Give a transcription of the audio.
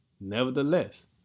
Nevertheless